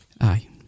Aye